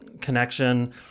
connection